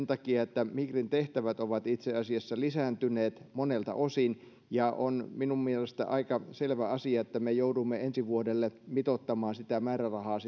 takia että migrin tehtävät ovat itse asiassa lisääntyneet monelta osin ja on mielestäni aika selvä asia että me joudumme ensi vuodelle mitoittamaan sitä määrärahaa